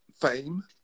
fame